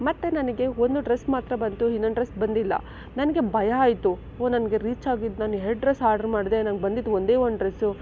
ಮತ್ತೆ ನನಗೆ ಒಂದು ಡ್ರೆಸ್ ಮಾತ್ರ ಬಂತು ಇನ್ನೊಂದು ಡ್ರೆಸ್ ಬಂದಿಲ್ಲ ನನಗೆ ಭಯ ಆಯಿತು ಓ ನನಗೆ ರೀಚ್ ಆಗಿದ್ದು ನಾನು ಎರಡು ಡ್ರೆಸ್ ಆರ್ಡರ್ ಮಾಡಿದೆ ನನಗೆ ಬಂದಿದ್ದು ಒಂದೇ ಒಂದು ಡ್ರೆಸ್ಸು